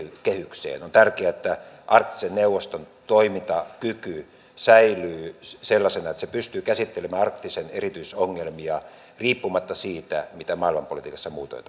kehykseen on tärkeää että arktisen neuvoston toimintakyky säilyy sellaisena että se pystyy käsittelemään arktiksen erityisongelmia riippumatta siitä mitä maailmanpolitiikassa muutoin